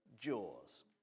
Jaws